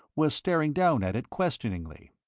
was staring down at it questioningly.